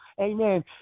Amen